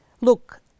Look